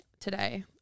today